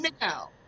now